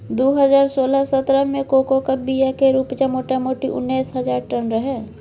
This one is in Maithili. दु हजार सोलह सतरह मे कोकोक बीया केर उपजा मोटामोटी उन्नैस हजार टन रहय